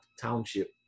Township